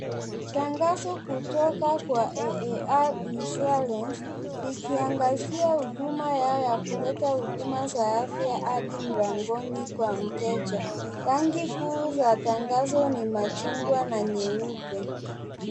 Tangazo kutoka kwa AAR insurance , ikiangazia huduma yao ya kuleta huduma za afya hadi mlangoni kwa mteja. Rangi kuu za tangazo ni machungwa na nyeupe.